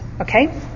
Okay